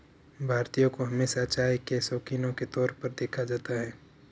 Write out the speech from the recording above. भारतीयों को हमेशा चाय के शौकिनों के तौर पर देखा जाता है